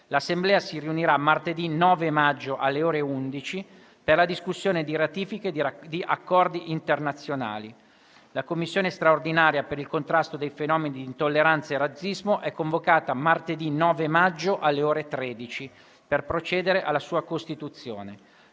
L'Assemblea si riunirà martedì 9 maggio, alle ore 11, per la discussione di ratifiche di accordi internazionali. La Commissione straordinaria per il contrasto dei fenomeni di intolleranza e razzismo è convocata martedì 9 maggio, alle ore 13, per procedere alla sua costituzione.